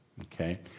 Okay